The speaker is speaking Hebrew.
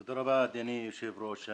בבקשה תודה רבה אדוני היושב ראש.